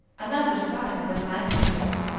another sign that land is near.